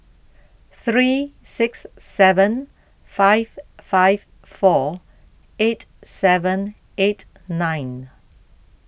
three six seven five five four eight seven eight nine